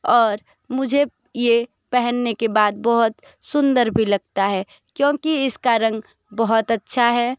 और मुझे ये पहनने के बाद बहुत सुन्दर भी लगता है क्योंकि इसका रंग बहुत अच्छा है